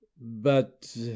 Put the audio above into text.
But